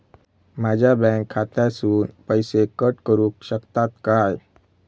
माझ्या बँक खात्यासून पैसे कट करुक शकतात काय?